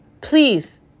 please